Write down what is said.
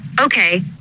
Okay